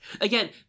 again